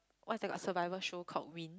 what's that called survival show called win